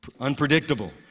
Unpredictable